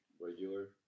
regular